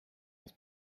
its